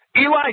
Eli